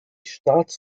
staats